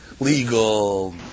Legal